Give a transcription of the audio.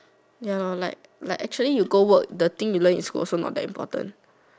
ya lor you go work like the thing you learn in school also not that important